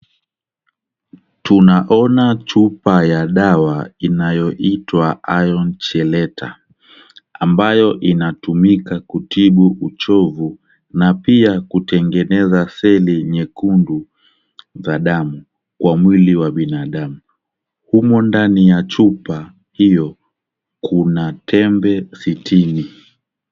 Tunaona chupa ya dawa inayoitwa iron chelate ambayo inatumika kutibu uchovu na pia kutengeneza seli nyekundu za damu kwa mwili wa binadamu, humo ndani ya chupa hiyo kuna tembe sitini.